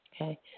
Okay